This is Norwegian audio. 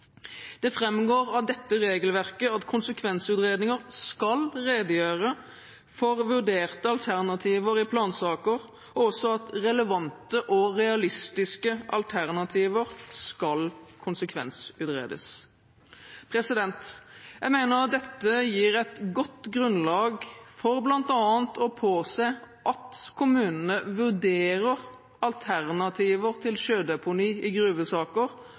Det framgår av dette regelverket at konsekvensutredninger skal redegjøre for vurderte alternativer i plansaker, og også at relevante og realistiske alternativer skal konsekvensutredes. Jeg mener dette gir et godt grunnlag for bl.a. å påse at kommunene vurderer alternativer til sjødeponi i gruvesaker,